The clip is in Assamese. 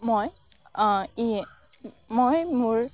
মই অ ই মই মোৰ